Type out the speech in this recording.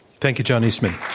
thank you, john eastman.